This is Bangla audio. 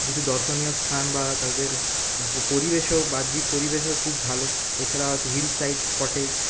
কিছু দর্শনীয় স্থান বা তাদের পরিবেশও বাহ্যিক পরিবেশও খুব ভালো এছাড়াও আছে হিল সাইড কটেজ